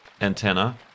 antenna